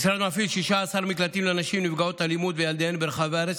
המשרד מפעיל 16 מקלטים לנשים נפגעות אלימות ולילדיהן ברחבי הארץ,